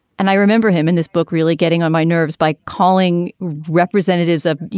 and i remember him in this book, really getting on my nerves by calling representatives of, you